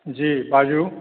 जी बाजूँ